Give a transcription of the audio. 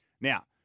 Now